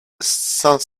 cinq